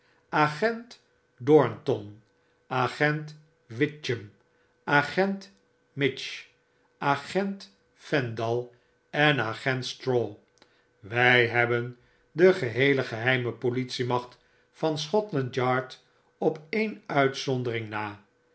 dornton agent witchem agent mith agent fendal en agent straw wy hebben degeheele geheime politiemacht van scotland yard op een uitzondering na